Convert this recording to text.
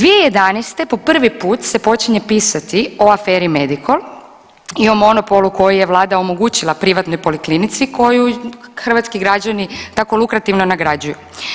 2011. po prvi put se počinje pisati o aferi Medikol i o monopolu koji je vlada omogućila privatnoj Poliklinici koju hrvatski građani tako lukrativno nagrađuju.